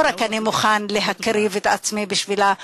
לא רק אני מוכן להקריב את עצמי בשבילה,